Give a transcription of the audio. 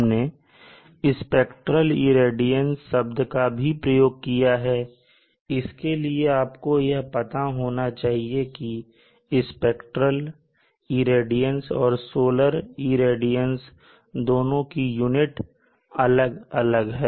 हमने spectral radiance शब्द का भी प्रयोग किया है इसलिए आपको यह पता होना चाहिए कि स्पेक्ट्रेल रेडियंस और सोलर रेडियंस दोनों की यूनिट अलग अलग है